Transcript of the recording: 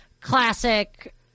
classic